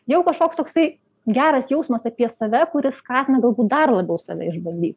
jau kažkoks toksai geras jausmas apie save kuris skatina galbūt dar labiau save išbandyt